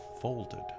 folded